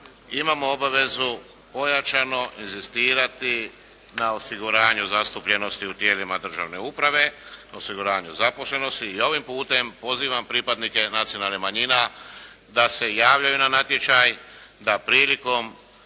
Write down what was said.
imamo obavezu pojačano inzistirati na osiguranju zastupljenosti u tijelima državne uprave, na osiguranju zaposlenosti. I ovim putem pozivam pripadnike nacionalnih manjina da se javljaju na natječaj, da prilikom